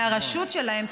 מהרשות שלהם,